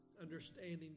understanding